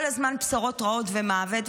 כל הזמן בשורות רעות ומוות,